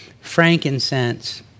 frankincense